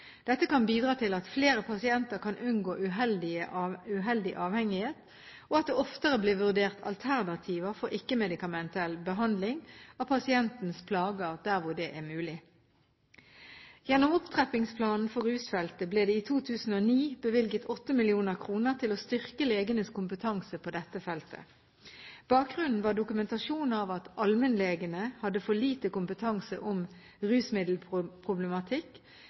Dette kan bidra til at flere pasienter kan unngå uheldig avhengighet, og at det oftere blir vurdert alternativer for ikke-medikamentell behandling av pasientens plager der hvor det er mulig. Gjennom Opptrappingsplanen for rusfeltet ble det i 2009 bevilget 8 mill. kr til å styrke legenes kompetanse på dette feltet. Bakgrunnen var dokumentasjon av at allmennlegene hadde for lite kompetanse om rusmiddelproblematikk,